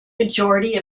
majority